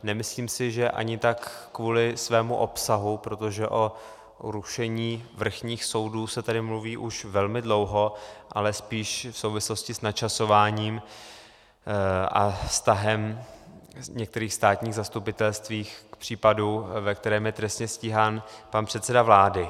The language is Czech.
Nemyslím si, že ani tak kvůli svému obsahu, protože o rušení vrchních soudů se tedy mluví už velmi dlouho, ale spíš v souvislosti s načasováním a vztahem některých státních zastupitelství k případu, ve kterém je trestně stíhán pan předseda vlády.